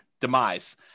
demise